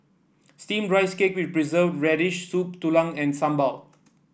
steamed Rice Cake with Preserved Radish Soup Tulang and Sambal